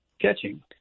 catching